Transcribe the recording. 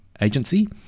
Agency